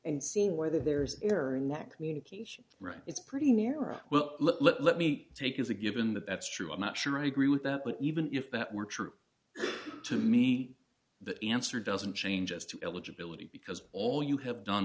and seeing whether there is air in that communication right it's pretty near a well let me take as a given that that's true i'm not sure i agree with that but even if that were true to meet the answer doesn't change as to eligibility because all you have done